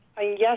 Yes